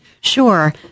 Sure